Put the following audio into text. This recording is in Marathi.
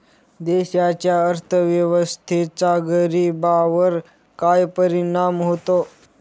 देशाच्या अर्थव्यवस्थेचा गरीबांवर काय परिणाम होतो